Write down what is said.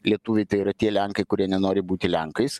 lietuviai tai yra tie lenkai kurie nenori būti lenkais